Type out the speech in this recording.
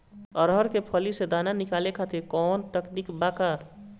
अरहर के फली से दाना निकाले खातिर कवन तकनीक बा का?